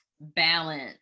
balance